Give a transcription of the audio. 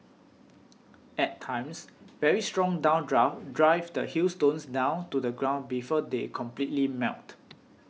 at times very strong downdrafts drive the hailstones down to the ground before they completely melt